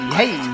hey